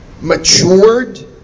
matured